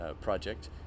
project